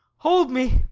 hold me!